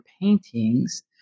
paintings